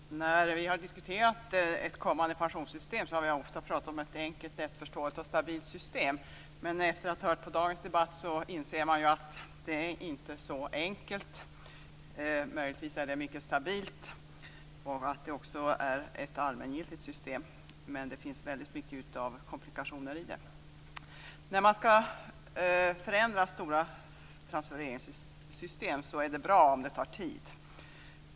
Fru talman! När vi har diskuterat frågan om ett kommande pensionssystem har det ofta talats om ett enkelt, lättförståeligt och stabilt system. Men efter att ha lyssnat på dagens debatt inser man att det inte är så enkelt. Möjligen är systemet mycket stabilt och även ett allmängiltigt system men det finns också väldigt mycket av komplikationer i det. När stora transfereringssystem skall förändras är det bra om det får ta tid.